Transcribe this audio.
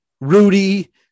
Rudy